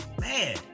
man